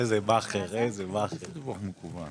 נעבור למקבץ